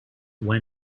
when